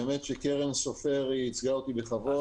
האמת היא שקרן סופר הציגה אותי בכבוד.